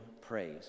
praise